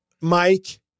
Mike